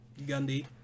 Gundy